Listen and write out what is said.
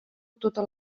tota